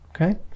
okay